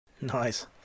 Nice